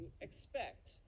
expect